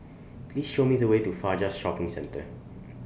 Please Show Me The Way to Fajar Shopping Centre